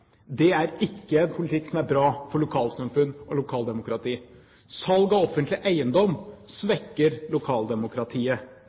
Det er ikke en politikk som er bra for lokalsamfunn og lokaldemokrati. Salg av offentlig eiendom